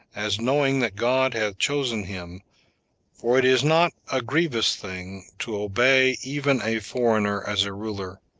as knowing that god hath chosen him for it is not a grievous thing to obey even a foreigner as a ruler,